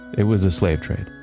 it was a slave trade.